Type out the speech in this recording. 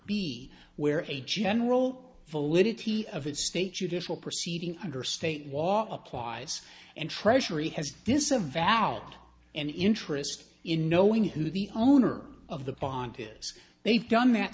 be where a general validity of a state judicial proceeding under state law applies and treasury has this a valid an interest in knowing who the owner of the bond is they've done that